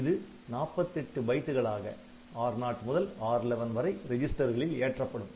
இது 48 பைட்களாக R0 முதல் R11 வரை ரெஜிஸ்டர்களில் ஏற்றப்படும்